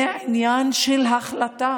זה עניין של החלטה